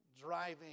driving